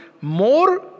more